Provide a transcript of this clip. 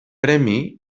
premi